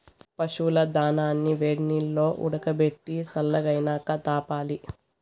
పశువుల దానాని వేడినీల్లో ఉడకబెట్టి సల్లగైనాక తాపాలి